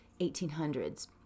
1800s